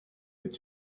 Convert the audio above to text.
mit